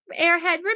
airhead